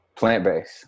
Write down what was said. Plant-based